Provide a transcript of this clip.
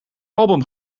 album